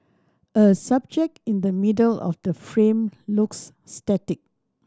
a subject in the middle of the frame looks static